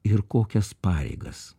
ir kokias pareigas